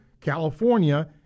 California